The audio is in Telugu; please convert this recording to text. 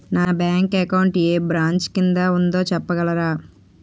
నా బ్యాంక్ అకౌంట్ ఏ బ్రంచ్ కిందా ఉందో చెప్పగలరా?